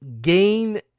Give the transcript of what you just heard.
gain